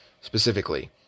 specifically